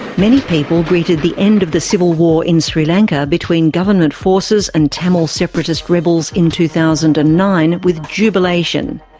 many people greeted the end of the civil war in sri lanka between government forces and tamil separatist rebels in two thousand and nine with jubilation,